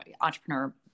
entrepreneur